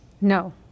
No